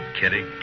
Kitty